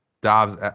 Dobbs